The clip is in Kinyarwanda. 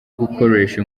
gukoresha